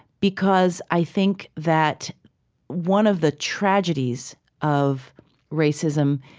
because i think that one of the tragedies of racism